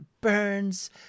burns